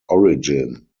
origin